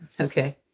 Okay